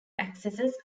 axes